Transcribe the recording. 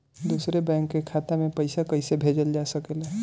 दूसरे बैंक के खाता में पइसा कइसे भेजल जा सके ला?